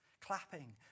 clapping